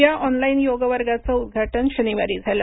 या ऑनलाईन योग वर्गाचे उद्घाटन शनिवारी झाले